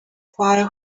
fire